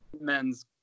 men's